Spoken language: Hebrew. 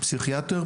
פסיכיאטר,